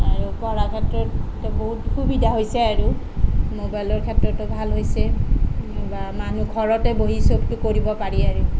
আৰু পঢ়াৰ ক্ষেত্ৰত এতিয়া বহুতো সুবিধা হৈছে আৰু ম'বাইলৰ ক্ষেত্ৰতো ভাল হৈছে বা মানুহৰ ঘৰতে বহি চবতো কৰিব পাৰি আৰু